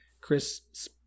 Chris